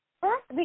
first